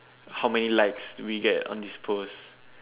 how many likes we get on this post